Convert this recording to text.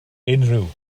unrhyw